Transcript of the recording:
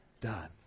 done